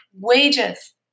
wages